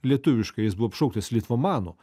lietuviškai jis buvo apšauktas litvomanu